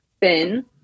thin